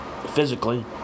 physically